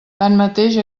tanmateix